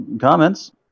comments